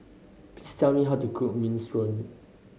please tell me how to cook Minestrone